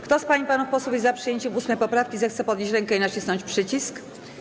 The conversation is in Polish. Kto z pań i panów posłów jest za przyjęciem 8. poprawki, zechce podnieść rękę i nacisnąć przycisk.